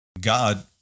God